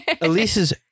Elise's